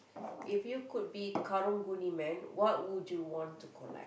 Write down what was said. if you could be karang-guni man what would you want to collect